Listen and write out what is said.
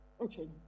okay